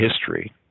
history